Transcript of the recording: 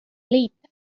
liit